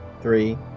three